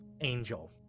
Angel